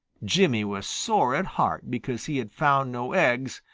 jimmy was sore at heart because he had found no eggs,